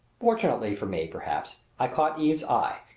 fortunately for me, perhaps, i caught eve's eye,